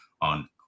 on